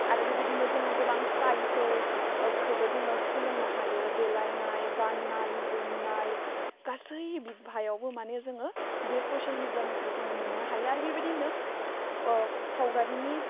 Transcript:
आरो बिबादिनो जोङो गोबां स्टाइलफोर खौबो जोङो सोलोंनो हायो देलायनाय गान्नाय जोमनाय गासै बिफागावबो माने जोङो बे ससेल मेदियानिफ्राय जोङो मोननो हायो आरो बेबादिनो सावगारिनि